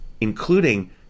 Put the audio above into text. including